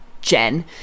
Jen